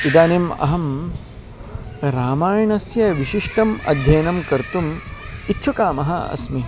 इदानीम् अहं रामायणस्य विशिष्टम् अध्ययनं कर्तुम् इच्छुकामः अस्मि